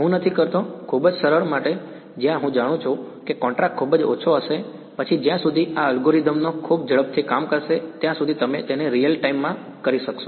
હું નથી કરતો ખૂબ જ સરળ માટે જ્યાં હું જાણું છું કે કોન્ટ્રાસ્ટ ખૂબ જ ઓછો હશે પછી જ્યાં સુધી આ અલ્ગોરિધમ નો ખૂબ ઝડપથી કામ કરશે ત્યાં સુધી તમે તેને રીઅલ ટાઇમ માં કરી શકશો